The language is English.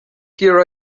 here